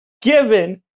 given